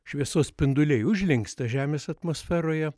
šviesos spinduliai užlinksta žemės atmosferoje